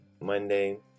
monday